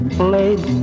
played